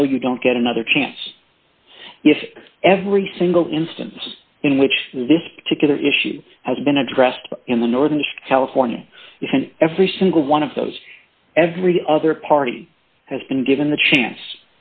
no you don't get another chance every single instance in which this particular issue has been addressed in the northeast california every single one of those every other party has been given the chance